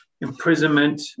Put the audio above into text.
imprisonment